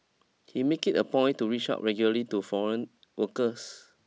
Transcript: he makes it a point to reach out regularly to foreign workers